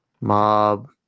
Mob